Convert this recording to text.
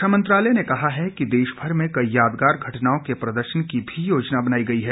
रक्षा मंत्रालय ने कहा है कि देश भर में कई यादगार घटनाओं के प्रदर्शन की भी योजना बनाई गई है